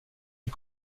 est